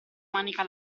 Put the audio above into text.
manica